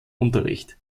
unterricht